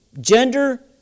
Gender